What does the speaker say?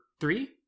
three